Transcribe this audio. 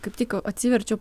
kaip tik atsiverčiau